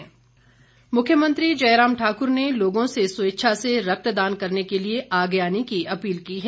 रक्तदान अपील मुख्यमंत्री जयराम ठाकर ने लोगों से स्वेच्छा से रक्तदान करने के लिए आगे आने की अपील की है